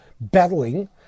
battling